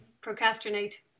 procrastinate